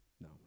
No